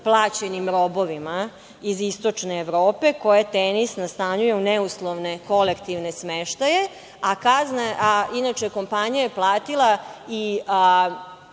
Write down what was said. plaćenim robovima iz istočne Evrope koje „Tenis“ nastanjuje u neuslovne kolektivne smeštaje, a inače kompanija je platila